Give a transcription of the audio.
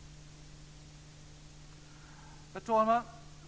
Herr talman!